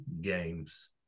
games